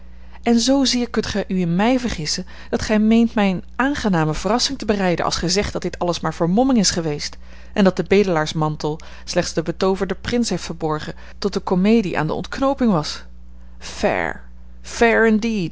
en zoozeer kunt gij u in mij vergissen dat gij meent mij eene aangename verrassing te bereiden als gij zegt dat dit alles maar vermomming is geweest en dat de bedelaarsmantel slechts den betooverden prins heeft verborgen tot de comedie aan de ontknooping was fair fair